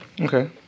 Okay